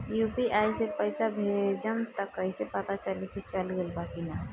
UPI से पइसा भेजम त कइसे पता चलि की चल गेल बा की न?